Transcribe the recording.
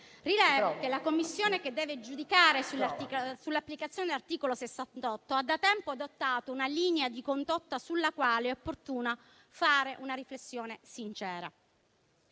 Rilevo che la Commissione che deve giudicare sull'applicazione dell'articolo 68 ha da tempo adottato una linea di condotta sulla quale è opportuno fare una riflessione sincera.